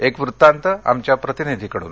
एक वृत्तांत आमच्या प्रतिनिधीकडून